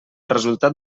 resultat